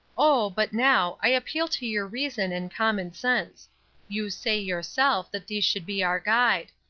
oh, but now, i appeal to your reason and common sense you say, yourself, that these should be our guide.